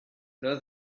tell